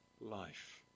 life